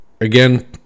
again